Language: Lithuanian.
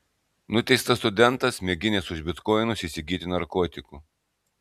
nuteistas studentas mėginęs už bitkoinus įsigyti narkotikų